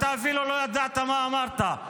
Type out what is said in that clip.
אתה אפילו לא ידעת מה אמרת,